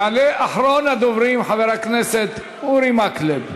יעלה אחרון הדוברים, חבר הכנסת אורי מקלב.